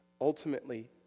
ultimately